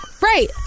Right